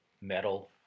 metal